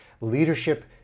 leadership